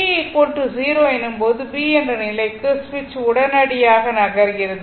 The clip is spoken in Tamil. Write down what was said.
t 0 எனும் போது B என்ற நிலைக்கு சுவிட்ச் உடனடியாக நகர்கிறது